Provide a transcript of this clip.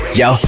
yo